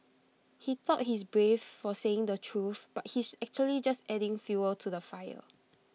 he thought he's brave for saying the truth but he's actually just adding fuel to the fire